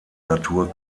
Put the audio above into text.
natur